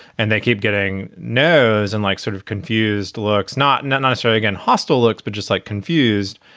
and they keep getting nose and like sort of confused looks not not necessarily, again, hostile looks, but just like confused